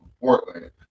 Portland